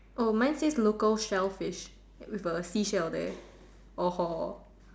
oh mine says local shellfish with a seashell there orh hor